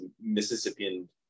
Mississippian